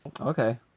Okay